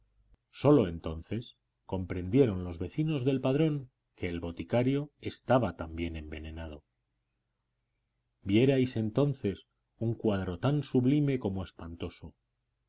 sólo entonces comprendieron los vecinos del padrón que el boticario estaba también envenenado vierais entonces un cuadro tan sublime como espantoso